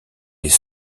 les